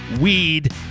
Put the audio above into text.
weed